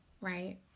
right